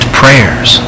prayers